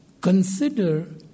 consider